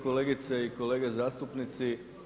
Kolegice i kolege zastupnici.